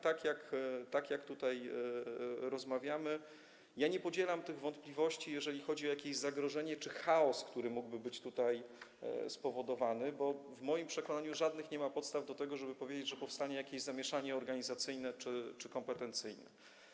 Tak jak tutaj rozmawiamy, ja nie podzielam tych wątpliwości, jeżeli chodzi o jakieś zagrożenie czy chaos, które mogłyby być tym spowodowane, bo w moim przekonaniu nie ma żadnych podstaw do tego, żeby powiedzieć, że powstanie jakieś zamieszanie organizacyjne czy kompetencyjne.